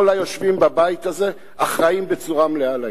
כל היושבים בבית הזה אחראים בצורה מלאה לעניין,